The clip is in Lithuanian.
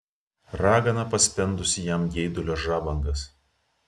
ragana paspendusi jam geidulio žabangas